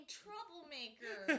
troublemaker